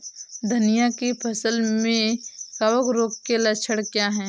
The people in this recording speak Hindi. धनिया की फसल में कवक रोग के लक्षण क्या है?